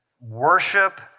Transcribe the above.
worship